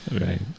Right